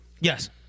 Yes